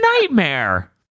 Nightmare